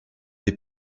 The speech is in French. des